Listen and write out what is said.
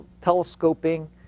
telescoping